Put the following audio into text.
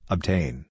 Obtain